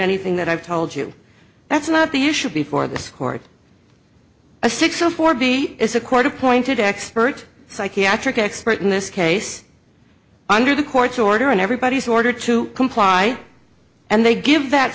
anything that i've told you that's not the issue before this court a six o four b is a court appointed expert psychiatric expert in this case under the court's order and everybody's order to comply and they give